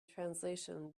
translation